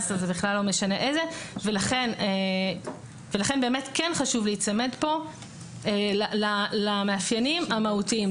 ולכן באמת כן חשוב להיצמד כאן למאפיינים המהותיים,